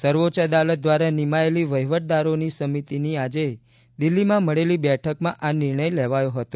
સર્વોચ્ચ અદાલત દ્વારા નિમાયેલી વહીવટદારોની સમિતિની આજે દિલ્હીમાં મળેલી બેઠકમાં આ નિર્ણય લેવાયો હતો